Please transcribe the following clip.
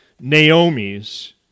Naomi's